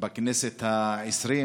בכנסת העשרים,